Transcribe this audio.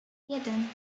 jeden